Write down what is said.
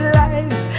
lives